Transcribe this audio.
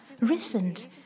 recent